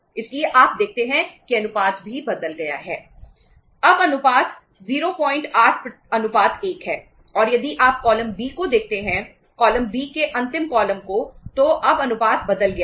इसलिए आप देखते हैं कि अनुपात भी बदल गया है